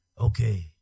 Okay